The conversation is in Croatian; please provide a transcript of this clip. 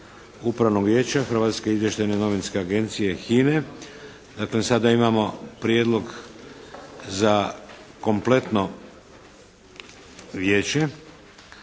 Upravnog vijeća Hrvatske izvještajne novinske agencije Dakle sada imamo prijedlog za kompletno Vijeće.